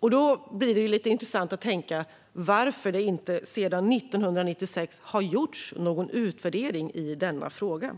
Då är det intressant att fundera på varför det inte sedan 1996 har gjorts någon utvärdering av denna fråga.